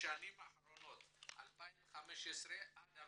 בשנים האחרונות 2015-2018,